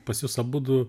pas jus abudu